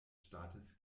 staates